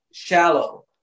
shallow